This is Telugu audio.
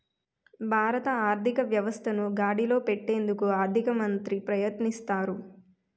భారత ఆర్థిక వ్యవస్థను గాడిలో పెట్టేందుకు ఆర్థిక మంత్రి ప్రయత్నిస్తారు